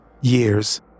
years